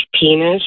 penis